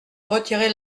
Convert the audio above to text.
retirer